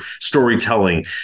storytelling